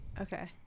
Okay